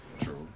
True